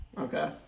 Okay